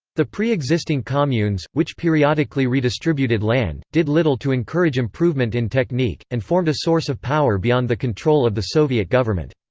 the pre-existing communes, which periodically redistributed land, did little to encourage improvement in technique, and formed a source of power beyond the control of the soviet government.